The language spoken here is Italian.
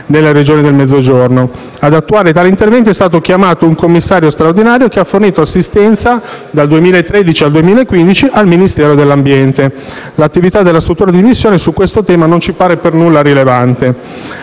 nelle Regioni del Mezzogiorno. Ad attuare tale intervento è stato chiamato un commissario straordinario, che ha fornito assistenza dal 2013 al 2015 al Ministero dell'ambiente. L'attività della struttura di missione su questo tema non ci pare per nulla rilevante.